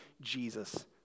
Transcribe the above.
Jesus